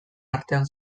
artean